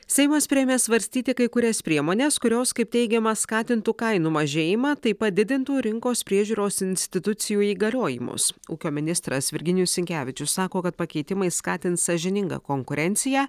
seimas priėmė svarstyti kai kurias priemones kurios kaip teigiama skatintų kainų mažėjimą tai padidintų rinkos priežiūros institucijų įgaliojimus ūkio ministras virginijus sinkevičius sako kad pakeitimai skatins sąžiningą konkurenciją